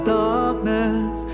darkness